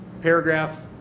Paragraph